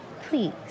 Please